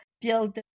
build